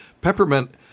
Peppermint